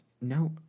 no